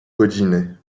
godziny